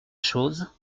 chose